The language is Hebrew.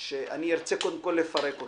שאני ארצה קודם כול לפרק אותן,